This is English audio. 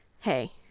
hey